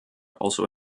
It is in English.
also